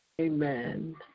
Amen